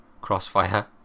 crossfire